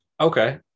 Okay